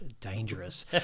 dangerous